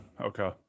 okay